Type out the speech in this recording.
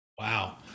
Wow